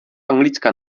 anglická